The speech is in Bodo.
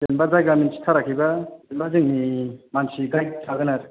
जेनेबा जायगा मिथि थाराखैबा जेनबा जोंनि मानसि गाइद थागोन आरो